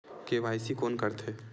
KYC कोन करथे?